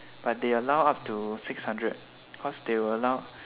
but they allow up to six hundred cause they will allow